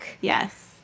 yes